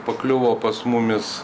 pakliuvo pas mumis